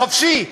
חופשי.